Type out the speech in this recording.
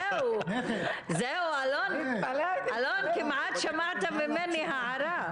זהו, אלון, כמעט שמעת ממני הערה.